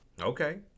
Okay